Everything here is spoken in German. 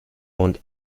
und